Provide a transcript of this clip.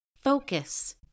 focus